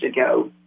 ago